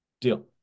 Deal